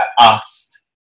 asked